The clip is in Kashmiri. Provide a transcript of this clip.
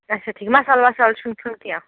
اچھا ٹھیٖک مسال وال چھُنہٕ کھٮ۪ون کینٛہہ